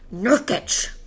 Nurkic